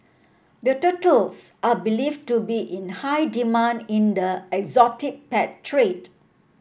the turtles are believe to be in high demand in the exotic pet trade